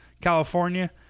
California